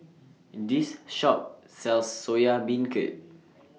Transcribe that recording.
This Shop sells Soya Beancurd